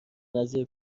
نظیر